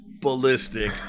ballistic